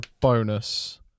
bonus